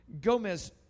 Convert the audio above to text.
Gomez